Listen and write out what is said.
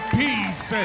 peace